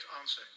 answer